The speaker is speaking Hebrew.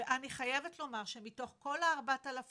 אני חייבת לומר שמתוך כל הארבע אלף